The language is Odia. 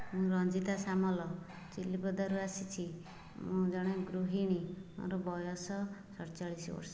ମୁଁ ରଞ୍ଜିତା ସାମଲ ଚିଲ୍ଲୀପଦାରୁ ଆସିଛି ମୁଁ ଜଣେ ଗୃହିଣୀ ମୋର ବୟସ ସତଚାଳିଶ ବର୍ଷ